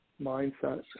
mindset